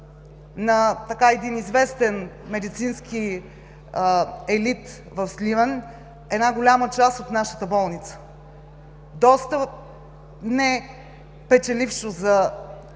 на един известен медицински елит в Сливен една голяма част от нашата болница – доста непечелившо за